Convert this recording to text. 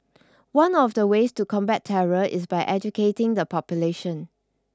one of the ways to combat terror is by educating the population